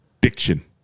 diction